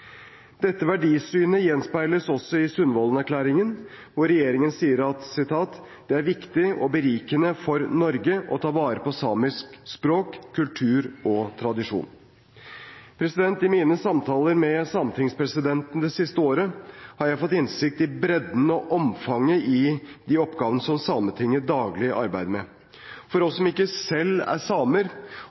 Dette verdisynet gjenspeiles også i Sundvolden-erklæringen, hvor regjeringen sier: «Det er viktig og berikende for Norge å ta vare på samisk språk, kultur og tradisjoner.» I mine samtaler med sametingspresidenten det siste året har jeg fått innsikt i bredden og omfanget i de oppgavene som Sametinget daglig arbeider med. For oss som ikke selv er samer,